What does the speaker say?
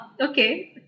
Okay